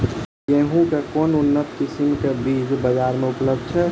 गेंहूँ केँ के उन्नत किसिम केँ बीज बजार मे उपलब्ध छैय?